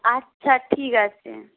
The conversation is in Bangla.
আচ্ছা ঠিক আছে